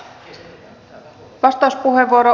arvoisa puhemies